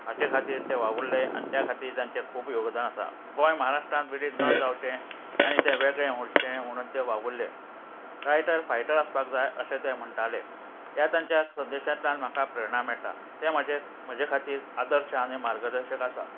हाचे खातीर तें वावुरले आनी त्या खातीर तांचे खूब योगदान आसा गोंय महाराष्ट्रान विलीन न जावचे आनी ते वेगळें उरचें म्हणून तें वावुरले रायटर फायटर आसपाक जाय अशें तें म्हणटाले ह्या तांच्या संदेशांतल्यान म्हाका प्रेरणा मेळटा तें म्हाजे म्हजे खातीर आदर्श आनी मार्गदर्शक आसा